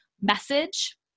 message